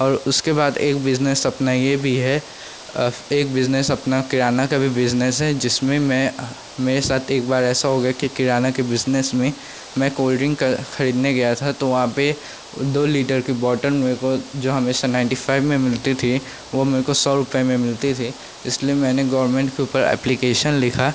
और उसके बाद एक बिजनेस अपना यह भी है एक बिजनेस अपना किराना का भी बिजनेस है जिसमें मैं मेरे साथ एक बार ऐसा हो गया कि किराने के बिजनेस में मैं कोल डिंक क खरीदने गया था तो वहाँ पर दो लीटर की बोटल मेरे को जो हमेशा नाइनटी फाइव में मिलती थी वह मेरे को सौ रुपये में मिलती थी इसलिए मैंने गोरमेंट के ऊपर एप्लीकेशन लिखा